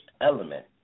element